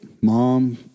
Mom